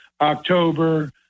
October